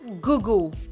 Google